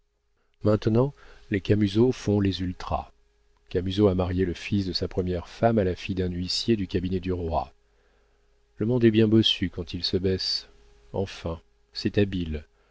maintenant les camusot font les ultra camusot a marié le fils de sa première femme à la fille d'un huissier du cabinet du roi le monde est bien bossu quand il se baisse enfin c'est